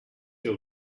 your